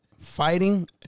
fighting